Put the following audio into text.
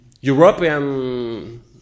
european